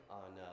on